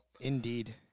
Indeed